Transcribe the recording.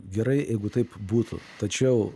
gerai jeigu taip būtų tačiau